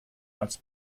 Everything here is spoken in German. als